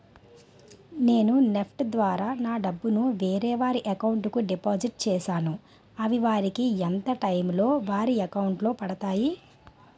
నేను నెఫ్ట్ ద్వారా నా డబ్బు ను వేరే వారి అకౌంట్ కు డిపాజిట్ చేశాను అవి వారికి ఎంత టైం లొ వారి అకౌంట్ లొ పడతాయి?